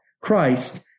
Christ